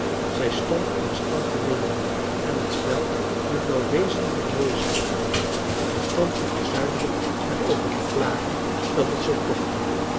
zij stond naast tante lenemie en het spel moet wel wezenlijk mooi zijn geweest want tante verzuimde er over te klagen dat het zoo tochtte